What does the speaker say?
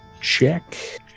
check